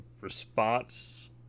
response